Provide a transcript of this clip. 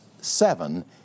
seven